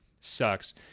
sucks